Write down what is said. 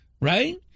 right